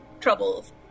troubles